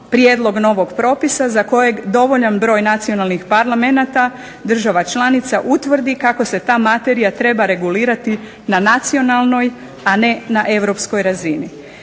prijedlog novog propisa za kojeg dovoljan broj nacionalnih parlamenata država članica utvrdi kako se ta materija treba regulirati na nacionalnoj, a ne na europskoj razini.